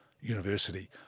university